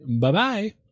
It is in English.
Bye-bye